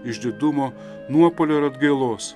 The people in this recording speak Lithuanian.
išdidumo nuopuolio ir atgailos